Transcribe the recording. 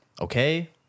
okay